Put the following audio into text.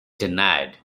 denied